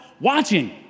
watching